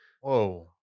Whoa